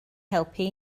helpu